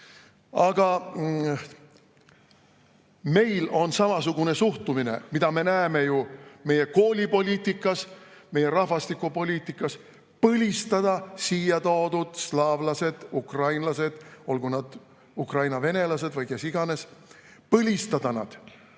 Aga meil on samasugune suhtumine, mida me näeme ju meie koolipoliitikas, meie rahvastikupoliitikas: põlistada siia toodud slaavlased, ukrainlased, olgu nad Ukraina venelased või kes iganes, põlistada nemad